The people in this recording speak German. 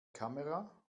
kamera